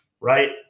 right